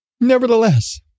Nevertheless